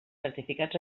certificats